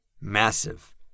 massive